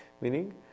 Meaning